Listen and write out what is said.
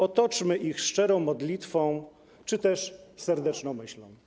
Otoczmy ich szczerą modlitwą czy też serdeczną myślą.